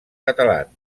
catalans